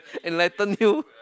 enlighten you